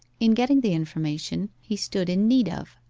in getting the information he stood in need of,